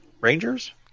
Rangers